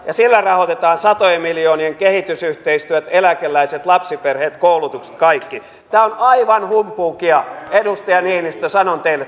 ja sillä rahoitetaan satojen miljoonien kehitysyhteistyöt eläkeläiset lapsiperheet koulutukset ja kaikki tämä on aivan humpuukia edustaja niinistö sanon teille